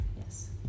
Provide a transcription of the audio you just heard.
Yes